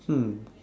hmm